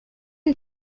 une